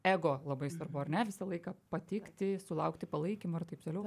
ego labai svarbu ar ne visą laiką patikti sulaukti palaikymo ir taip toliau